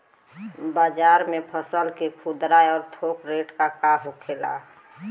बाजार में फसल के खुदरा और थोक रेट का होखेला?